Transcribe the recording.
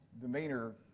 demeanor